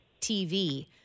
TV